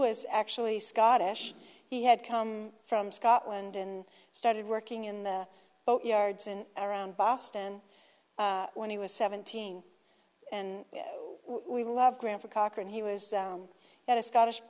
was actually scottish he had come from scotland and started working in the boat yards and around boston when he was seventeen and we love graham for cochran he was that a scottish